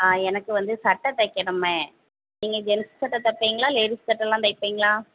ஆ எனக்கு வந்து சட்டை தைக்கணுமே நீங்கள் ஜென்ஸ் சட்டை தைப்பீங்களா லேடிஸ் சட்டைல்லாம் தைப்பீங்களா